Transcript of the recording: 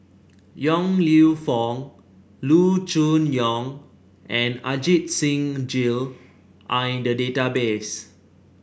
Yong Lew Foong Loo Choon Yong and Ajit Singh Gill are in the database